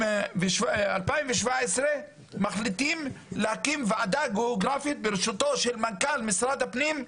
ב-2017 מחליטים להקים ועדה גיאוגרפית ברשותו של מנכ"ל משרד הפנים,